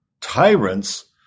Tyrants